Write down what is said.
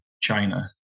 China